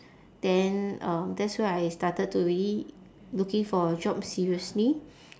then um that's where I started to really looking for a job seriously